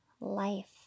life